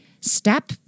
step